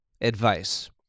advice